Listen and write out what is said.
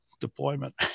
deployment